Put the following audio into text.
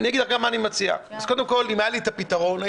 אם היה לי הפתרון,